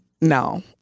no